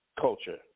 culture